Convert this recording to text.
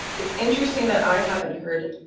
it's interesting that i haven't heard,